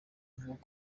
avuga